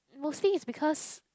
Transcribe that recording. mostly is because